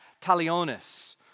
talionis